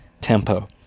tempo